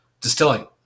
distilling